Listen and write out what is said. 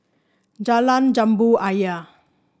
Jalan Jambu Ayer